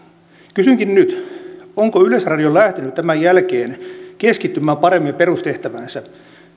kysynkin nyt onko yleisradio lähtenyt tämän jälkeen keskittymään paremmin perustehtäväänsä